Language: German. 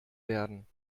werden